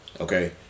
okay